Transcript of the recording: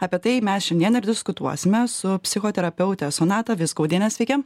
apie tai mes šiandien ir diskutuosime su psichoterapeute sonata vizgaudiene sveiki